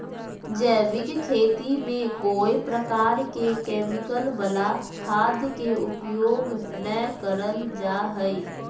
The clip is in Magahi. जैविक खेती में कोय प्रकार के केमिकल वला खाद के उपयोग नै करल जा हई